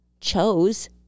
chose